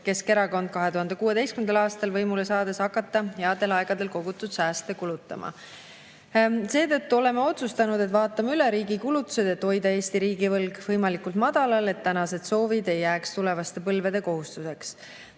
Keskerakond 2016. aastal võimule saades hakata headel aegadel kogutud sääste kulutama. Seetõttu oleme otsustanud, et vaatame üle riigi kulutused, et hoida Eesti riigivõlg võimalikult madalal, et tänased soovid ei jääks tulevaste põlvede kohustuseks.